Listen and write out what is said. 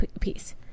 piece